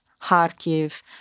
Kharkiv